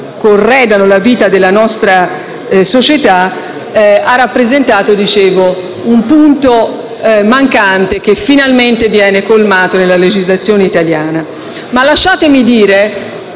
corredano la vita della nostra società - ha rappresentato un punto mancante, che finalmente viene colmato nella legislazione italiana. Lasciatemi dire